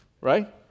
right